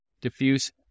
diffuse